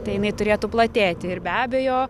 tai jinai turėtų platėti ir be abejo